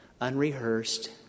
Unrehearsed